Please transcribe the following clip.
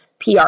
PR